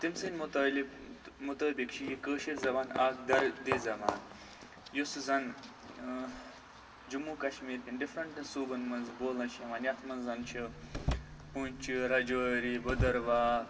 تٔمۍ سٕنٛدۍ مُتٲلِب مُطٲبِق چھِ یہِ کاشِر زَبان اکھ دَردی زَبان یُس زَن جموں کَشمیٖر کٮ۪ن ڈفرینٹ صوبن منٛز بولنہٕ چھِ یِوان یتھ منٛز زَن چھُ پنٛچھ راجوری بٔدٕروہ